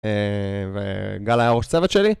וגל היה ראש צוות שלי